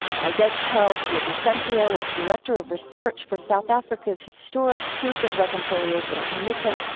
my guest, charles villa-vicencio, was director of research for south africa's historic truth and reconciliation commission,